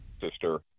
sister